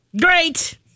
Great